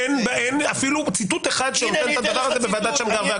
אין אפילו ציטוט אחד שנותן את הדבר הזה בוועדת שמגר ואגרנט.